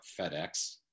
fedex